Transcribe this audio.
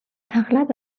اغلب